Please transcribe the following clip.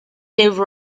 gave